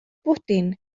bwdin